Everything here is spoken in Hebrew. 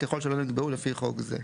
ככל שלא נקבעו לפי חוק זה.